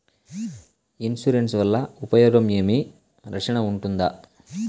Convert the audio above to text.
Insurance వల్ల ఉపయోగం ఏమి? రక్షణ ఉంటుందా?